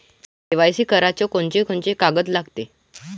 KYC कराच कोनचे कोनचे कागद लागते?